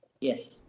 yes